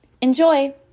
Enjoy